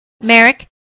Merrick